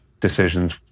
decisions